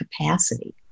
capacity